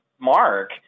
mark